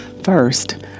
First